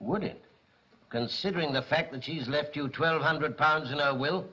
one it considering the fact that she's left you twelve hundred pounds and will